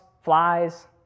flies